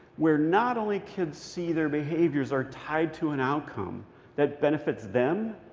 where not only kids see their behaviors are tied to an outcome that benefits them,